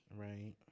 Right